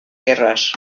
guerras